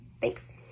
Thanks